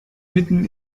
mitten